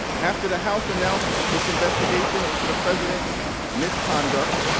after the house announced its investigation into the president's misconduct,